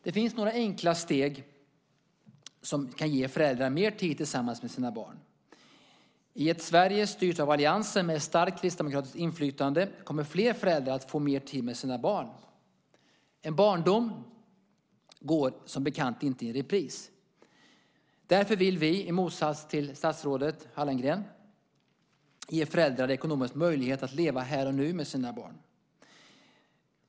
Det finns några enkla steg som kan ge föräldrar mer tid tillsammans med sina barn. I ett Sverige styrt av alliansen med ett starkt kristdemokratiskt inflytande kommer fler föräldrar att få mer tid med sina barn. En barndom går, som bekant, inte i repris. Därför vill vi, i motsats till statsrådet Hallengren, ge föräldrar ekonomisk möjlighet att leva här och nu med sina barn.